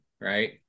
Right